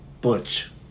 Butch